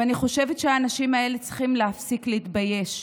ואני חושבת שהאנשים האלה צריכים להפסיק להתבייש,